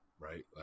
Right